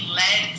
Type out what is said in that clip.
led